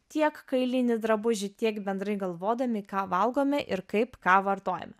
tiek kailinį drabužį tiek bendrai galvodami ką valgome ir kaip ką vartojame